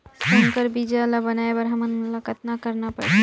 संकर बीजा ल बनाय बर हमन ल कतना करना परही?